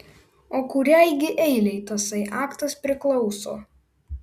o kuriai gi eilei tasai aktas priklauso